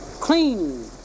Clean